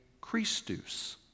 Christus